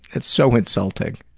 it's so insulting.